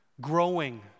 growing